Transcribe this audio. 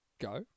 Go